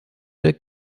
der